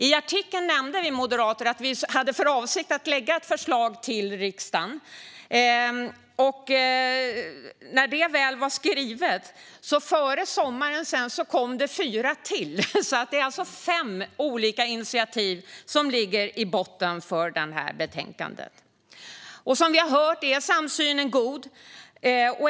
I artikeln nämnde vi moderater att vi hade för avsikt att lägga fram ett förslag till riksdagen. När detta väl var skrivet kom det sedan fyra till före sommaren. Det är alltså fem olika initiativ som ligger i botten för detta betänkande. Som vi har hört är samsynen god.